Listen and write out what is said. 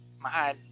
mahal